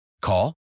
Call